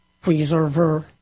preserver